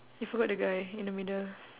you forgot the guy in the middle